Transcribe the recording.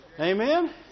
Amen